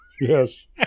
yes